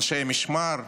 אנשי משמר,